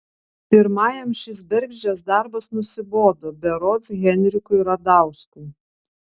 pirmajam šis bergždžias darbas nusibodo berods henrikui radauskui